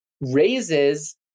raises